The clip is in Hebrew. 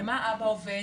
במה אבא עובד?